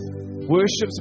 worship's